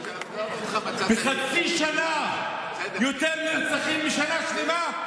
בחצי שנה היו יותר נרצחים משנה שלמה.